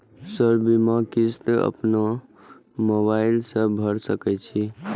Sir बीमा किस्त अपनो मोबाईल से भर सके छी?